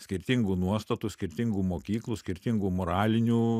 skirtingų nuostatų skirtingų mokyklų skirtingų moralinių